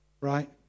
right